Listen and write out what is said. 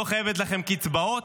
לא חייבת לכם קצבאות,